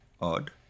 odd